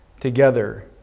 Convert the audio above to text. together